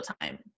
time